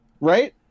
right